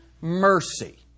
mercy